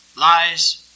lies